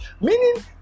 Meaning